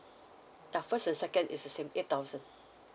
now first and second is the same eight thousand